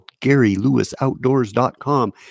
GaryLewisOutdoors.com